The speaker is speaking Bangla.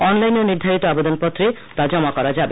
অনলাইনে নির্ধারিত আবেদন পত্রেও তা জমা করা যাবে